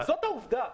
זאת העובדה.